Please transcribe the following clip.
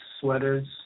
sweaters